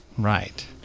Right